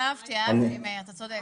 אהבתי מאיר, אתה צודק.